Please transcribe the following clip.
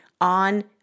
on